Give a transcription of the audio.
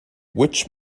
witch